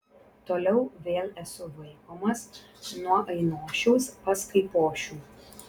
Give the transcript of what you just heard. toliau vėl esu vaikomas nuo ainošiaus pas kaipošių